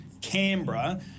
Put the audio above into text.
Canberra